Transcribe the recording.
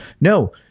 No